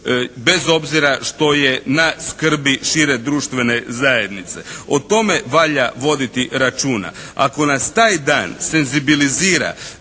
bez obzira što je na skrbi šire društvene zajednice. O tome valja voditi računa. Ako nas taj dan senzibilizira